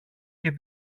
και